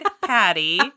Patty